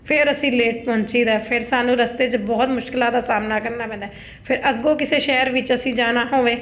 ਫਿਰ ਅਸੀਂ ਲੇਟ ਪਹੁੰਚੀਦਾ ਫਿਰ ਸਾਨੂੰ ਰਸਤੇ 'ਚ ਬਹੁਤ ਮੁਸ਼ਕਿਲਾਂ ਦਾ ਸਾਹਮਣਾ ਕਰਨਾ ਪੈਂਦਾ ਫਿਰ ਅੱਗੋਂ ਕਿਸੇ ਸ਼ਹਿਰ ਵਿੱਚ ਅਸੀਂ ਜਾਣਾ ਹੋਵੇ